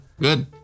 Good